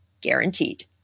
guaranteed